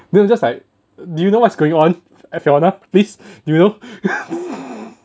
then you just like do you know what's going on at fiona please you know